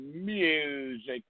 Music